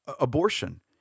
abortion